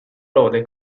lode